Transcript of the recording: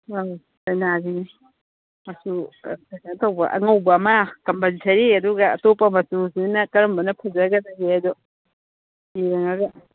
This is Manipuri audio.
ꯑꯥ ꯀꯩꯅꯥꯒꯤꯅꯤ ꯃꯆꯨ ꯀꯩꯅꯣ ꯇꯧꯕ ꯑꯉꯧꯕ ꯑꯃ ꯀꯝꯄꯜꯁꯔꯤ ꯑꯗꯨꯒ ꯑꯇꯣꯞꯄ ꯃꯆꯨꯁꯤꯅ ꯀꯔꯝꯕꯅ ꯐꯖꯒꯗꯒꯦꯗꯣ ꯌꯦꯡꯉꯒ